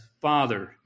Father